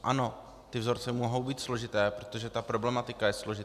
Ano, ty vzorce mohou být složité, protože ta problematika je složitá.